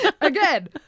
Again